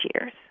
years